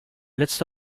letzte